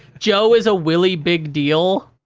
joe is a willie big deal?